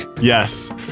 Yes